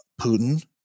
Putin